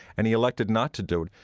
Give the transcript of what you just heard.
and he elected not to do it.